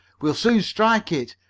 we'll soon strike it!